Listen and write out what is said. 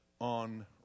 on